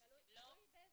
קודם כל,